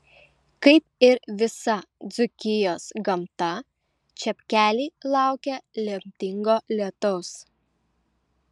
kaip ir visa dzūkijos gamta čepkeliai laukia lemtingo lietaus